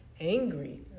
angry